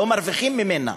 לא מרוויחים ממנה,